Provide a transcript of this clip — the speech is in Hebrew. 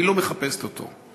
היא לא מחפשת אותו.